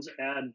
add